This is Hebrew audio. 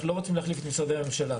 אנחנו לא רוצים להחליף את משרדי הממשלה.